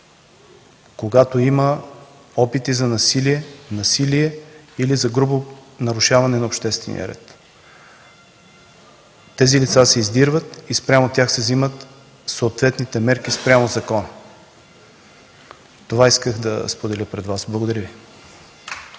когато има опити за насилие или за грубо нарушаване на обществения ред. Тези лица се издирват и спрямо тях се вземат съответните мерки спрямо закона. Това исках да споделя пред Вас. Благодаря.